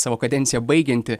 savo kadenciją baigianti